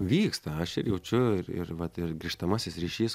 vyksta aš ir jaučiu ir ir vat ir grįžtamasis ryšys